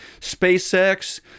SpaceX